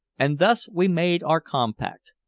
and thus we made our compact.